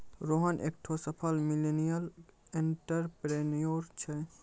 रोहन एकठो सफल millennial entrepreneur छै